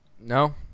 No